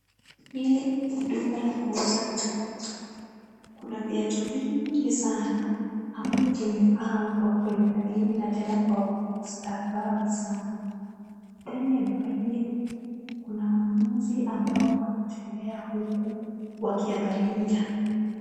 Hili ni duka la kuuza viatu, kuna viatu vingi sana ambavyo vimepangwa kwenye laini na tena kwa ustaarabu sana. Ndani ya duka hili kuna wanunuzi ambao wanatembea huku wakiangalia.